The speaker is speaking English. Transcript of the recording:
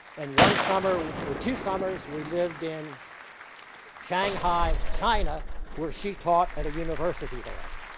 and one summer, or two summers, we lived in shanghai, china where she taught at a university there.